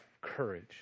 courage